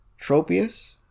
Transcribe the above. Tropius